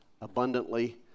abundantly